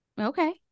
Okay